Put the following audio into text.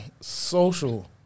social